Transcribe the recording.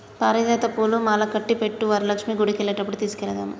పారిజాత పూలు మాలకట్టి పెట్టు వరలక్ష్మి గుడికెళ్లేటప్పుడు తీసుకెళదాము